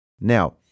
Now